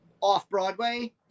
off-Broadway